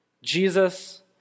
Jesus